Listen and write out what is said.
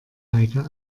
heike